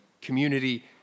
community